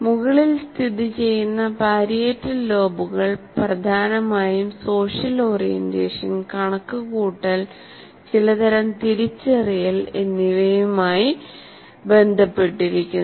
മുകളിൽ സ്ഥിതിചെയ്യുന്ന പരിയേറ്റൽ ലോബുകൾ പ്രധാനമായും സ്പേഷ്യൽ ഓറിയന്റേഷൻ കണക്കുകൂട്ടൽ ചില തരം തിരിച്ചറിയൽ എന്നിവയുമായി ബന്ധപ്പെട്ടിരിക്കുന്നു